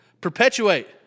Perpetuate